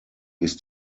ist